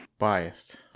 Biased